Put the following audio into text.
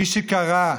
מי שקרא,